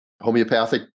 homeopathic